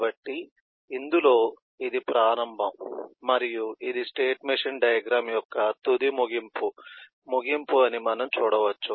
కాబట్టి ఇందులో ఇది ప్రారంభం మరియు ఇది స్టేట్ మెషీన్ డయాగ్రమ్ యొక్క తుది ముగింపు ముగింపు అని మనం చూడవచ్చు